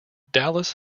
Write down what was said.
dallas